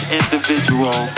individual